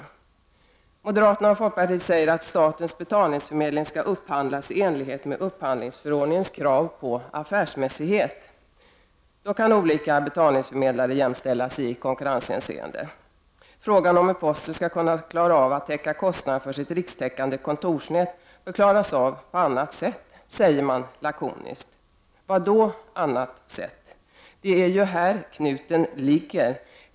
Moderata samlingspartiet och folkpartiet säger att statens betalningsförmedling skall upphandlas i enlighet med upphandlingsförordningens krav på affärsmässighet. Då kan olika betalningsförmedlare jämställas i konkurrenshänseende. Frågan om hur posten skall kunna klara av att täcka kostnaderna för sitt rikstäckande kontorsnät bör klaras ut på annat sätt, säger man lakoniskt. Hur då? Det är ju här knuten finns.